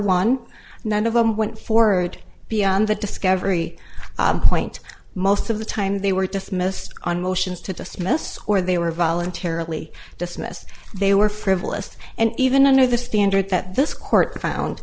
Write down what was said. them went forward beyond the discovery point most of the time they were dismissed on motions to dismiss or they were voluntarily dismissed they were frivolous and even under the standard that this court found